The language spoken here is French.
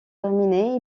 terminées